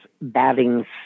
batting